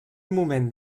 moment